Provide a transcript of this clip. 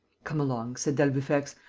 come along, said d'albufex.